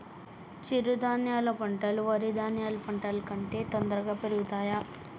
చిరుధాన్యాలు పంటలు వరి పంటలు కంటే త్వరగా పెరుగుతయా?